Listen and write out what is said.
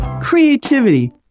creativity